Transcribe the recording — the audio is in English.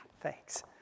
thanks